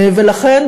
ולכן,